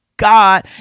God